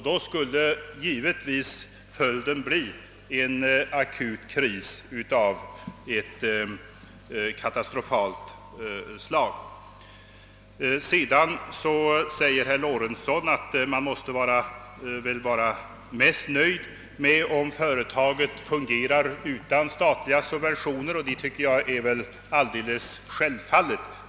Då skulle givetvis följden ha blivit en akut kris och en katastrofsituation. Herr Söderström anför, att det måste vara mest tillfredsställande om företaget fungerar utan statliga subventioner, och det är väl alldeles självfallet.